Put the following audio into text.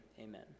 amen